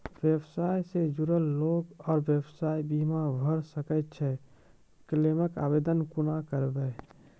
व्यवसाय सॅ जुड़ल लोक आर व्यवसायक बीमा भऽ सकैत छै? क्लेमक आवेदन कुना करवै?